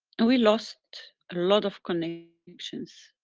and we lost a lot of connections.